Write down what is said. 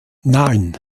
nein